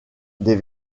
des